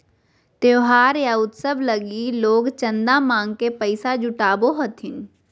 त्योहार या उत्सव लगी लोग चंदा मांग के पैसा जुटावो हथिन